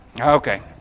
Okay